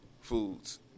foods